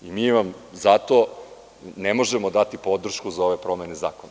Mi vam zato ne možemo dati podršku za ove promene zakona.